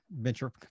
venture